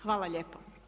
Hvala lijepo.